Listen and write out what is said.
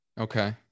Okay